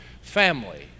family